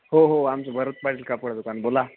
हो हो आमचं भरत पाटील कापड दुकान बोला